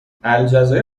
الجزایر